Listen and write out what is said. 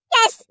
Yes